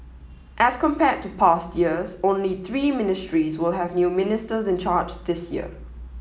as compared to past years only three ministries will have new ministers in charge this year